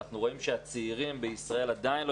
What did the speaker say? אנחנו רואים שהצעירים בישראל עדיין לא